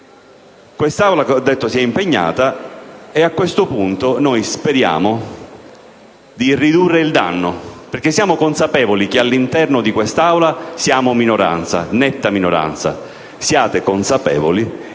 Quest'Aula, ripeto, si è impegnata e a questo punto noi speriamo di ridurre il danno, perché siamo consapevoli che all'interno di quest'Aula siamo in netta minoranza, ma siate consapevoli che